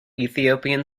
ethiopian